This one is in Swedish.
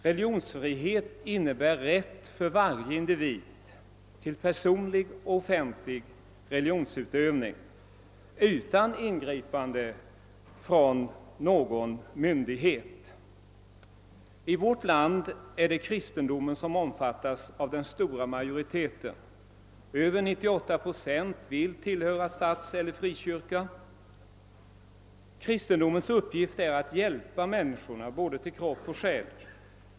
Religionsfriheten innebär rätt för varje individ till personlig och offentlig religionsutövning utan ingripande från någon myndighet. I vårt land är det kristendomen som omfattas av den stora majoriteten — över 98 procent vill tillhöra statseller frikyrka. Kristendomens uppgift är att hjälpa människorna till både kropp och själ.